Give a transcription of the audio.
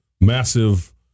massive